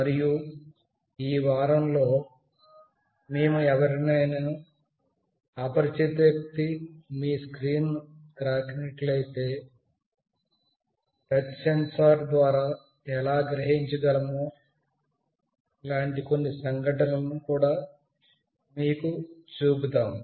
మరియు ఈ వారంలో మేము ఎవరైనా అపరిచిత వ్యక్తి మీ స్క్రీన్ను తాకినట్లయితే టచ్ సెన్సార్ ద్వారా ఎలా గ్రహించగలమో లాంటి కొన్ని సంఘటన లను కూడా మీకు చూపు తాము